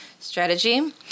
Strategy